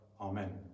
Amen